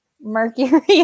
Mercury